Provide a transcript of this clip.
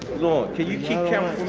can you keep count